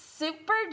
Super